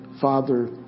Father